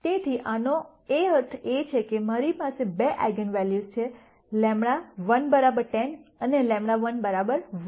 તેથી એનો અર્થ એ કે મારી પાસે બે આઇગન વેલ્યુઝ છે λ 1 10 અને λ 1 1